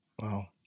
Wow